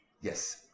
Yes